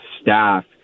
staff